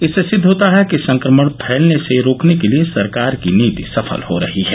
इससे सिद्ध होता है कि संक्रमण फैलने से रोकने के लिए सरकार की नीति सफल हो रही है